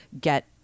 get